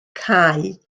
cau